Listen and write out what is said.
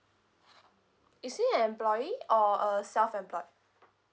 is he an employee or uh self employed